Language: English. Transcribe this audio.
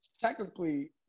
technically